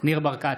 ניר ברקת,